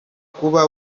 kuba